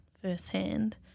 firsthand